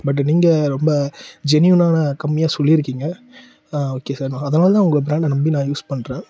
but நீங்கள் ரொம்ப ஜென்யூனாக கம்மியாக சொல்லியிருக்கீங்க ஓகே சார் நான் அதனால் தான் உங்கள் ப்ராண்டை நம்பி நான் யூஸ் பண்ணுறேன்